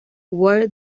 where